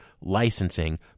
licensing